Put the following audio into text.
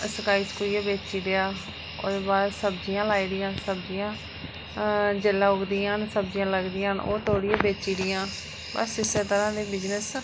सकाई सकाइयै बेची ओड़ेआ ओह्दे बाद सब्जियां लाई दियां सब्जियां जेल्लै उगदियां न सब्जियां लगदियां न ओह् तोलियै बेची ओड़ियां न बस इस्सै तरह दे बिज़नेस